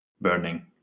burning